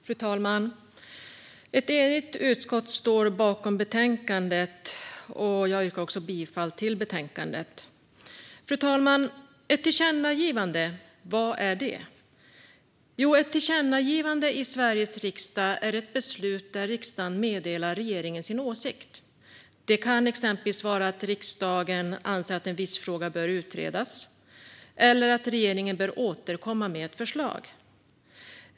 Fru talman! Ett enigt utskott står bakom betänkandet, och jag yrkar bifall till utskottets förslag. Fru talman! Ett tillkännagivande - vad är det? Jo, ett tillkännagivande i Sveriges riksdag är ett beslut där riksdagen meddelar regeringen sin åsikt. Det kan exempelvis vara att riksdagen anser att en viss fråga bör utredas eller att regeringen bör återkomma med ett förslag.